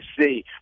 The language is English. see